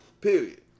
period